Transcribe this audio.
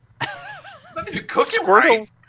Squirtle